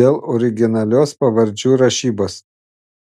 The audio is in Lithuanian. dėl originalios pavardžių rašybos